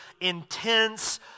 intense